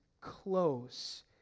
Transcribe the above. close